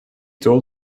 told